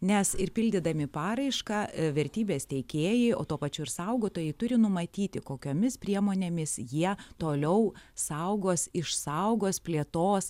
nes ir pildydami paraišką vertybės teikėjai o tuo pačiu ir saugotojai turi numatyti kokiomis priemonėmis jie toliau saugos išsaugos plėtos